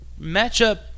matchup